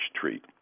treat